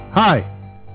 hi